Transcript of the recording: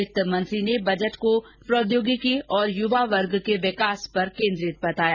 वित्तमंत्री ने बजट को प्रौद्योगिकी और युवा वर्ग के विकास पर केंद्रित बताया